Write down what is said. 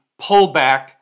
pullback